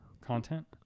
content